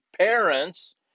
parents